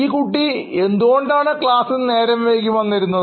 ഈ കുട്ടി എന്തുകൊണ്ടാണ് ക്ലാസിൽ നേരം വൈകി വന്നിരുന്നത്